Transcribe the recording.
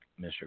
Mr